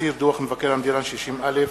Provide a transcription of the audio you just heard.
תקציר דוח מבקר המדינה 60א,